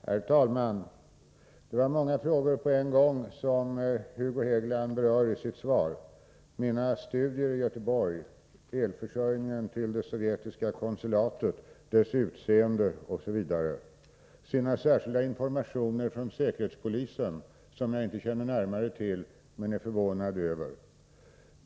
Herr talman! Det var många frågor som Hugo Hegeland på en gång berörde i sitt anförande: mina studier i Göteborg, elförsörjningen till det sovjetiska konsulatet, dess utseende osv. och sina särskilda informationer från säkerhetspolisen, vilka jag inte känner närmare till men är förvånad över.